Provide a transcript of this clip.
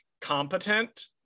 competent